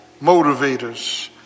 motivators